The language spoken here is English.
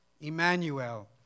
Emmanuel